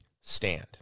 stand